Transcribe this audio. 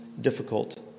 difficult